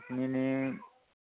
আপুনি এনে